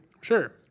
Sure